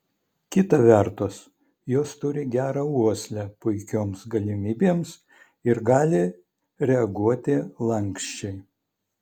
kita vertus jos turi gerą uoslę puikioms galimybėms ir gali reaguoti lanksčiai